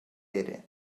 pere